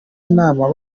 inama